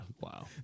Wow